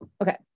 Okay